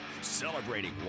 celebrating